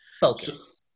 Focus